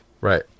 Right